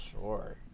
Sure